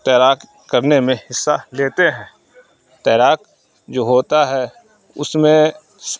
تیراک کرنے میں حصہ لیتے ہیں تیراک جو ہوتا ہے اس میں